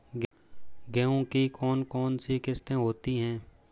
गेहूँ की कौन कौनसी किस्में होती है?